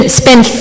spend